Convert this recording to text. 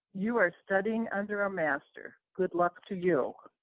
you are studying under a master. good luck to you.